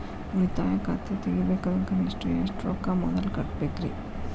ಉಳಿತಾಯ ಖಾತೆ ತೆಗಿಬೇಕಂದ್ರ ಕನಿಷ್ಟ ಎಷ್ಟು ರೊಕ್ಕ ಮೊದಲ ಕಟ್ಟಬೇಕ್ರಿ?